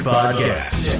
Podcast